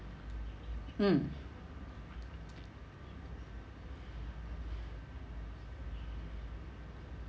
mm